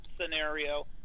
scenario